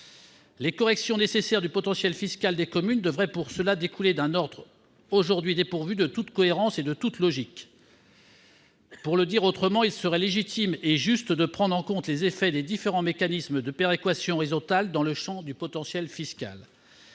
Les corrections nécessaires du potentiel fiscal des communes devraient pour cela découler d'un ordre renouvelé, puisque l'ordre actuel est dépourvu de toute cohérence et de toute logique. Pour le dire autrement, il serait légitime et juste de prendre en compte les effets des différents mécanismes de péréquation horizontale dans le champ du potentiel fiscal.